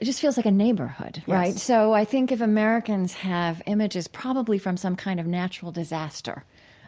it just feels like a neighborhood, right? so i think if americans have images probably from some kind of natural disaster